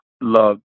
love